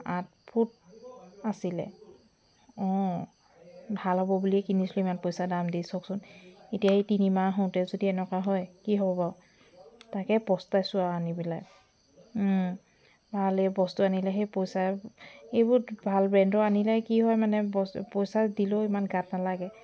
আঠ ফুট আছিলে অঁ ভাল হ'ব বুলিয়ে কিনিছিলোঁ ইমান পইচা দি দাম দি চাওকচোন এতিয়া এই তিনিমাহ হওঁতেই যদি তেনেকুৱা হয় কি হ'ব বাৰু তাকে পস্তাইছোঁ আৰু আনি পেলাই ভালে বস্তু আনিলে সেই পইচা এইবোৰ ভাল ব্ৰেণ্ডৰ আনিলে কি হয় মানে বস্তু পইচা দিলেও ইমান গাত নালাগে